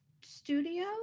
studio